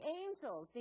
angels